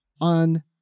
on